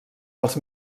dels